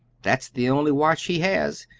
that's the only watch he has,